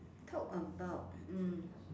talk about mm